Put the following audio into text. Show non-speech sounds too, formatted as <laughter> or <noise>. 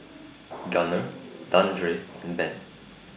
<noise> Gunner Dandre and Ben